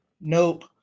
Nope